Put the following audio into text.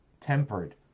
tempered